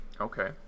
Okay